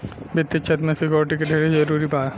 वित्तीय क्षेत्र में सिक्योरिटी के ढेरे जरूरी बा